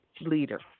leader